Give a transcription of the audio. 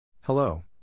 Hello